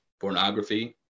pornography